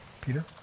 Peter